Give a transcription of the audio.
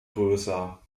größer